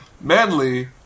manly